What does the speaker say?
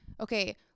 okay